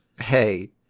hey